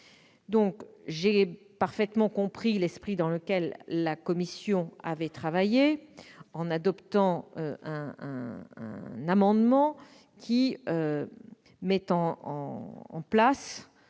J'ai parfaitement compris l'esprit dans lequel la commission avait travaillé en adoptant un amendement tendant